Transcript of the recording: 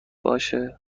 باشه